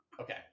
Okay